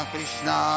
Krishna